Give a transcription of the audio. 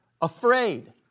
afraid